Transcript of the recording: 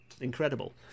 incredible